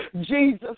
Jesus